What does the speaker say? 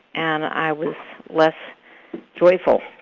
and i was less joyful.